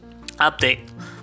Update